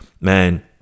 man